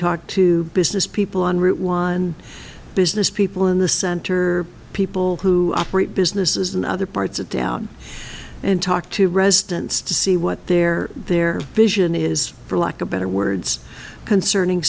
talk to business people on route one business people in the center people who operate businesses in other parts of down and talk to residents to see what their their vision is for lack of better words concerning